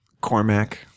Cormac